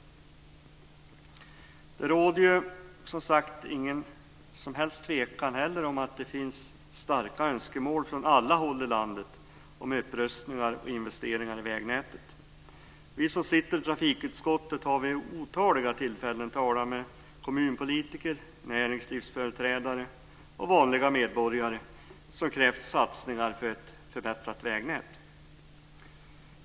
Det råder, som sagt var, ingen som helst tvekan om att det finns starka önskemål från alla håll i landet om upprustningar och investeringar i vägnätet. Vi som sitter i trafikutskottet har vid otaliga tillfällen talat med kommunpolitiker, näringslivsföreträdare och vanliga medborgare som har krävt satsningar för ett förbättrat vägnät.